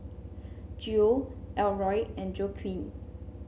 Geo Elroy and Joaquin